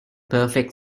perfect